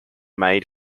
made